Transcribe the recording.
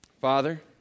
Father